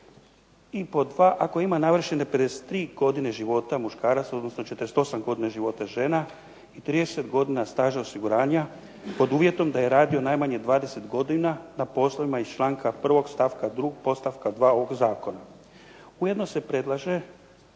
I pod 2., ako ima navršene 53 godina života muškarac, odnosno 48 godina života žena i 30 godina staža osiguranja pod uvjetom da je radio najmanje 20 godina na poslovima iz članka 1. stavka 2. podstavka 2. ovog zakona. Ujedno se predlaže